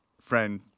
friend